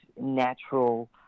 natural